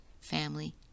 family